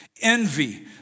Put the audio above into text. envy